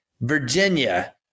Virginia